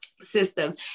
system